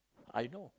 I know